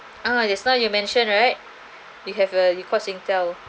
ah just now you mention right you have a you call Singtel